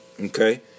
Okay